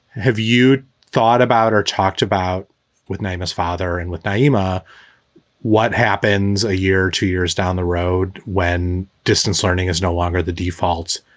have you thought about or talked about with namus father and with nyima what happens a year or two years down the road when distance learning is no longer the default?